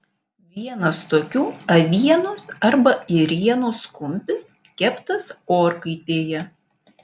vienas tokių avienos arba ėrienos kumpis keptas orkaitėje